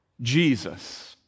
Jesus